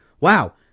wow